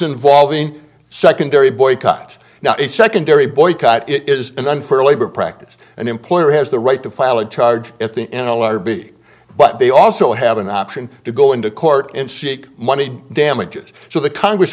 involving secondary boycott now a secondary boycott it is an unfair labor practice an employer has the right to file a charge at the n l r b but they also have an option to go into court and seek money damages so the congress